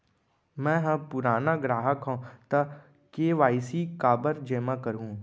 मैं ह पुराना ग्राहक हव त के.वाई.सी काबर जेमा करहुं?